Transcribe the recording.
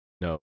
no